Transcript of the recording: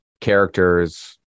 characters